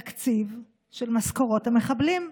על התקציב של משכורות המחבלים.